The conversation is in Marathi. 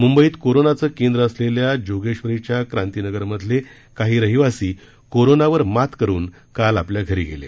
मुंबईत कोरोनाचं केंद्र असलेल्या जोगेश्वरीच्या क्रांतीनगरमधले र रहिवासी कोरोनावर मात करून काल आपल्या घरी गेले